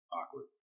awkward